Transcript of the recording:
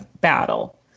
battle